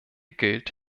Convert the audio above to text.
gilt